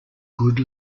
good